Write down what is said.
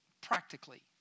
Practically